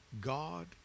God